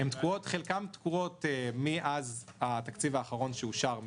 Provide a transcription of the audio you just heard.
חלקם תקועות מאז התקציב האחרון שאושר,